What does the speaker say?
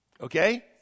Okay